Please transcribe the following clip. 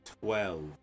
Twelve